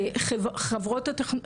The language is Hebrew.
אם זה כן פוגע או לא פוגע,